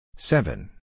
Seven